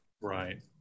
Right